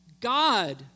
God